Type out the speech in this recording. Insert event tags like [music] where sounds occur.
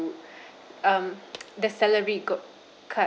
[breath] um [noise] the salary got cut